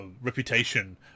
reputation